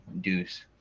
Deuce